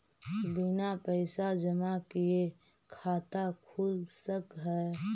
बिना पैसा जमा किए खाता खुल सक है?